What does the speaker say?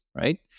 right